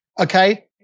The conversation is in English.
okay